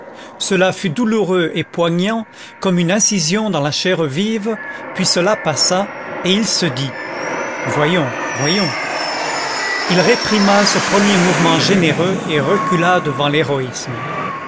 cela fut douloureux et poignant comme une incision dans la chair vive puis cela passa et il se dit voyons voyons il réprima ce premier mouvement généreux et recula devant l'héroïsme